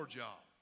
job